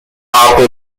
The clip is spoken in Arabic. أعطني